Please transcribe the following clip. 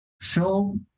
show